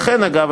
אגב,